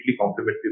complementary